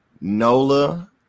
Nola